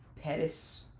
Pettis